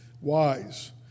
wise